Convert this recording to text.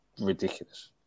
ridiculous